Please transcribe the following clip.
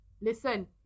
Listen